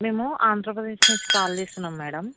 మేము ఆంధ్రప్రదేశ్ నుంచి కాల్ చేస్తున్నాం మ్యాడమ్